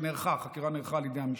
שנערכה על ידי המשטרה,